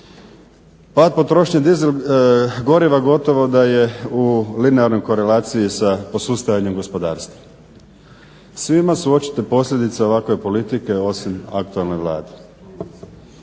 Ta potrošnja dizel goriva gotovo da je u linearnoj korelaciji sa posustajanjem gospodarstva. Svima su očite posljedice ovakve politike, osim aktualne Vlade.